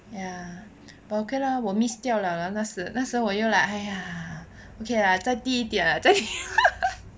ya but okay lah 我 miss 掉了啦那时那时我又来 !aiya! okay 啦再低点再低